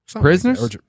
prisoners